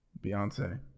Beyonce